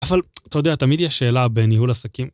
אבל אתה יודע, תמיד יש שאלה בניהול עסקים.